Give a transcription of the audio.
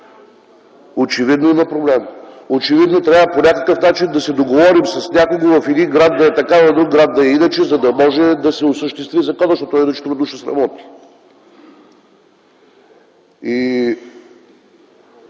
Очевидно има проблем, очевидно трябва по някакъв начин да се договорим с някого в един град да е така, в друг град да е иначе, за да може да се осъществи закона. И слушайки внимателно преди